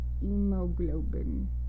hemoglobin